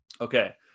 Okay